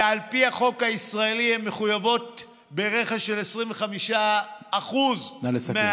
ועל פי החוק הישראלי הן מחויבות ברכש של 25% מהעלות.